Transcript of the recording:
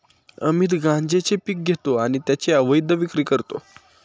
अमित गांजेचे पीक घेतो आणि त्याची अवैध विक्री करतो